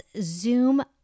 zoom